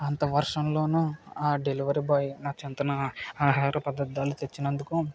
అంత వర్షంలో ఆ డెలివరీ బాయ్ నా చంతన ఆహార పదార్థాలు తెచ్చినందుకు